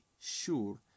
sure